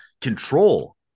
control